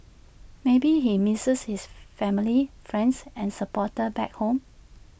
maybe he misses his family friends and supporters back home